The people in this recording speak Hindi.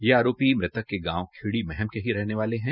ये आरोपी मृतक के गांव खेड़ी महम के ही रहने वाले है